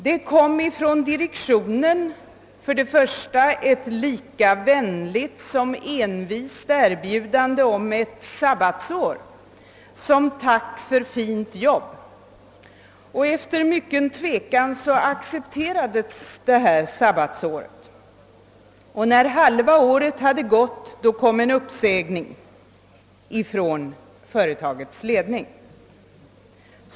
Det kom först från direktionen ett lika vänligt som envist erbjudande om ett sabbatsår som tack för fint arbete. Efter mycken tvekan accepterades detta sabbatsår. När halva året hade gått kom en uppsägning från företagets ledning.